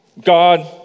God